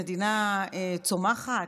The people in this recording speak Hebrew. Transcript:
למדינה צומחת?